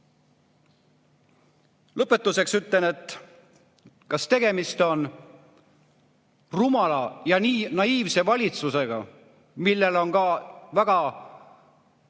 heaolu. Lõpetuseks ütlen, et kas tegemist on rumala ja nii naiivse valitsusega, mille kohta on ka väga